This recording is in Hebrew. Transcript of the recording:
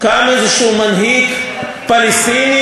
קם מנהיג פלסטיני